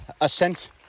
ascent